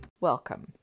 Welcome